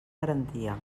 garantia